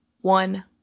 one